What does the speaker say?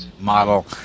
model